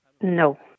No